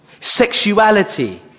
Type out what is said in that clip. sexuality